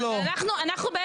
אני לא נלחמתי,